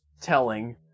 telling